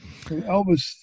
Elvis